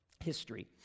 history